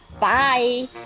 Bye